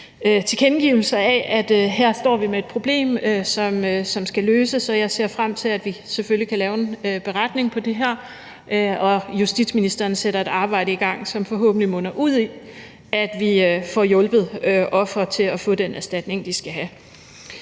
tilkendegivelser af, at vi her står med et problem, som skal løses. Og jeg ser frem til, at vi selvfølgelig kan lave en beretning på det her, og at justitsministeren sætter et arbejde i gang, som forhåbentlig munder ud i, at vi får hjulpet ofre til at få den erstatning, de skal have.